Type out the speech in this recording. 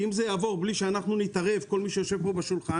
ואם זה יעבור בלי שאנחנו נתערב כל מי שיושב פה בשולחן,